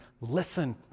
Listen